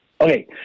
Okay